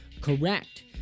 correct